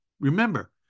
Remember